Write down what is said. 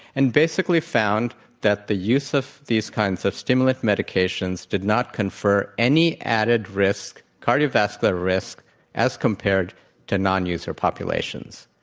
and basically found that the use of these kinds of stimulant medications did not confer any added risk, cardiovascular risks as compared to nonuser populations.